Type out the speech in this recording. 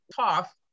tough